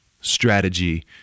strategy